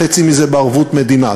חצי מזה בערבות מדינה,